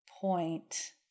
point